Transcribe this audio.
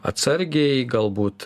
atsargiai galbūt